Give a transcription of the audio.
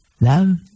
love